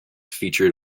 featured